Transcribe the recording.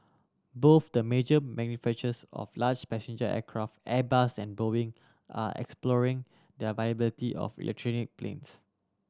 both the major manufacturers of large passenger aircraft Airbus and Boeing are exploring the viability of electronic planes